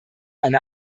eine